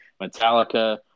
Metallica